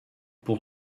pour